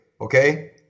Okay